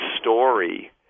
story